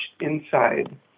inside